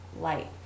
light